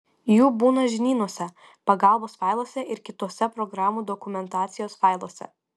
jų būna žinynuose pagalbos failuose ir kituose programų dokumentacijos failuose